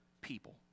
people